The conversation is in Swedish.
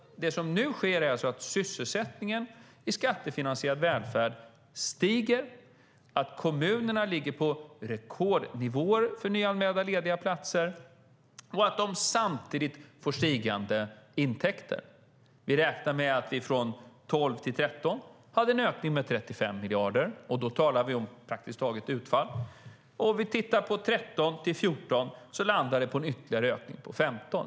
Det som nu sker är alltså att sysselsättningen i skattefinansierad välfärd stiger, att kommunerna ligger på rekordnivåer för nyanmälda lediga platser och att de samtidigt får stigande intäkter. Vi räknar med att vi från 2012 till 2013 hade en ökning med 35 miljarder, och då talar vi om praktiskt taget utfall. Om vi tittar på 2013 till 2014 landar det på en ytterligare ökning på 15 miljarder.